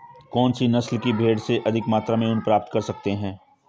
कौनसी नस्ल की भेड़ से अधिक मात्रा में ऊन प्राप्त कर सकते हैं?